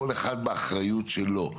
כל אחד באחריות שלו,